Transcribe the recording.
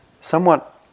somewhat